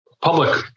public